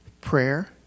prayer